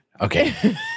Okay